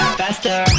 faster